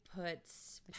puts